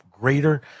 greater